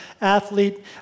athlete